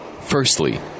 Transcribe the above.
Firstly